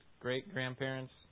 great-grandparents